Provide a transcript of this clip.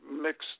mixed